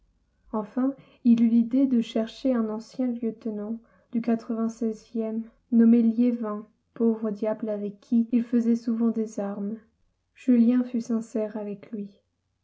enfin il eut l'idée de chercher un ancien lieutenant du e nommé liévin pauvre diable avec qui il faisait souvent des armes julien fut sincère avec lui